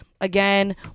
again